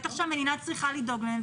בטח שהמדינה צריכה לדאוג להם,